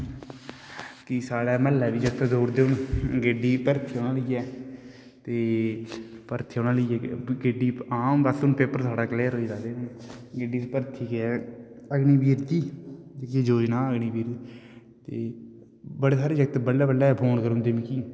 कि साडे महल्ले बी जगत दौडदे ना भर्ती होने लेई हां बस हून साडा पेपर कलियर होई गेदा ता जी डी दी भर्ती ऐ अग्नीवीर दी इये डोजना अगनी बीर ते बडे सारे जगत बडले बडले फौन करी ओड़दे मिकी